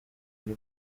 biri